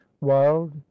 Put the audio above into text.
wild